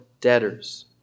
debtors